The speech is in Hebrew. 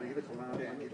שלום לכולם.